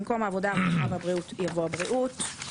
במקום "העבודה הרווחה והבריאות" יבוא "הבריאות".